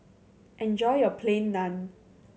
enjoy your Plain Naan